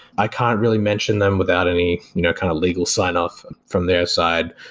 i can't really mention them without any you know kind of legal sign off from their side.